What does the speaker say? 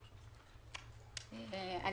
אני